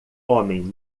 homem